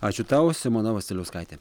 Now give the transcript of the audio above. ačiū tau simona vasiliauskaitė